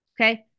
okay